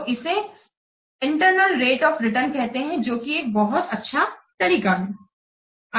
तो इसे internal rate of return कहते हैं जो कि एक बहुत अच्छा तरीका है